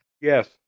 Yes